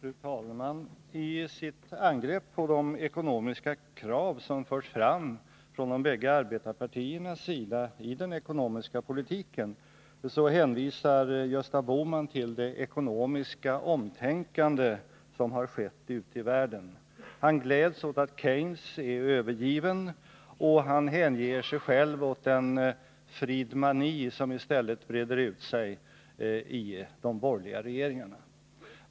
Fru talman! I sitt angrepp på de krav som förs fram från de bägge arbetarpartiernas sida i den ekonomiska politiken hänvisar Gösta Bohman till det ekonomiska omtänkande som har skett ute i världen. Han gläds åt att Keynes är övergiven och hänger sig själv åt den ”Friedmani” som i stället breder ut sig i de borgerliga regeringarna.